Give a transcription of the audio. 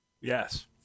yes